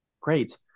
Great